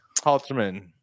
halterman